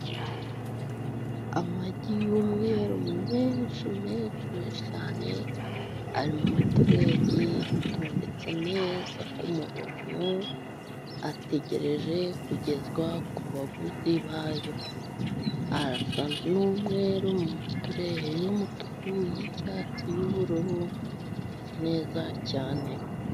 Amagi y'umweru menshi menshi menshi cyane, ari mu matureyi atondetse neza kumurongo, ategereje kugezwa ku baguzi bayo. Arasa n'umweru mu matureyi y'umutuku, y'icyatsi, y'ubururu, asa neza cyane.